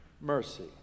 mercy